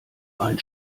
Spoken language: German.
ein